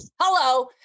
Hello